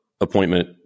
appointment